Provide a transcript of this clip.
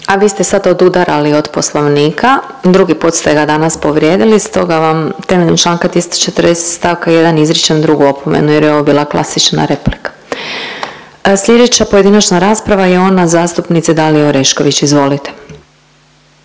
A vi ste sad odudarali od Poslovnika, drugi put ste ga danas povrijedili stoga vam temeljem članka 340. stavka 1. izričem drugu opomenu jer je ovo bila klasična replika. Sljedeća pojedinačna rasprava je ona zastupnice Dalije Orešković, izvolite.